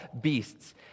beasts